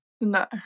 No